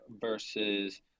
versus